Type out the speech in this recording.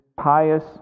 pious